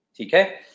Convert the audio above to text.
okay